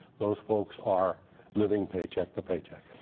those folks are living paycheck to paycheck.